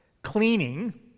Cleaning